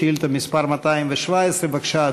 שאילתה מס' 217. בבקשה,